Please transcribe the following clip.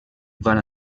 van